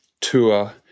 tour